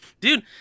dude